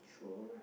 sure